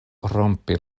rompi